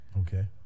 Okay